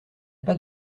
pas